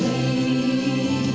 yeah